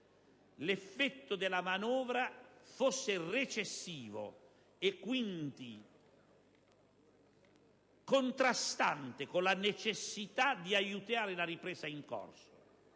l'effetto della manovra sia recessivo, e quindi contrastante con la necessità di aiutare la ripresa in corso.